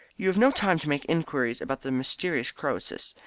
you have no time to make inquiries about the mysterious croesus.